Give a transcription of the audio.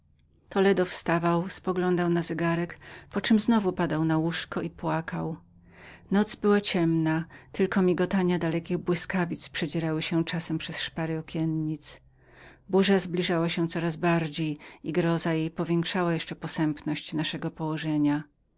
toledo wstawał spoglądał na zegarek poczem znowu padał na łóżko i płakał noc była ciemna tylko migotania dalekich błyskawic przedzierały się czasami przez szpary okiennic burza coraz się zbliżała i okropności jej powiększały jeszcze posępność naszego położenia